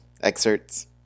excerpts